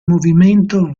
movimento